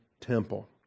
temple